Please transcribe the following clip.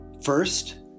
first